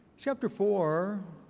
chapter four.